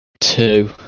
Two